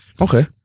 Okay